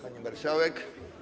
Pani Marszałek!